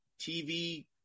TV